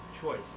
choice